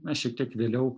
na šiek tiek vėliau